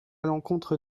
l’encontre